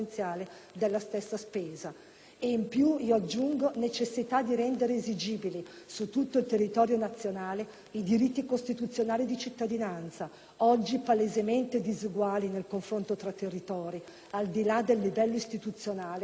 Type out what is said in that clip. E in più, io aggiungo, necessità di rendere esigibili su tutto il territorio nazionale i diritti costituzionali di cittadinanza, oggi palesemente diseguali nel confronto tra territori, al di là del livello istituzionale cui è affidata la competenza.